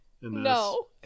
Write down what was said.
No